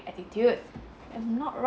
attitude I'm not wro~